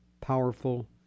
powerful